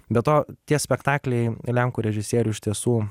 be to tie spektakliai lenkų režisierių iš tiesų